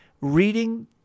reading